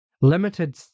Limited